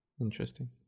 Interesting